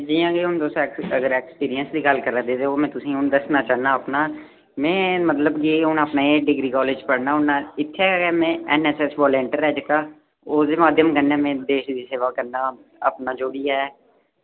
हांजी हांजी जि'यां के हून तु'स अगर एक्सपीरियंस दी गल्ल करां ते ओह् में तु'सेंई हून दस्सना चाह्न्नां अपना में मतलब कि हून अपने एह् डिग्री कॉलेज पढ़ना होन्नां इत्थै गै में ऐन्नऐस्सऐस्स व़ॉलंटियर ऐ जेह्का ओह्दे माध्यम कन्नै में देश दी सेवा करना आं अपना जो बी है